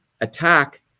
attack